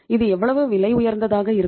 இது எவ்வளவு விலை உயர்ந்ததாக இருக்கும்